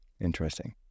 Interesting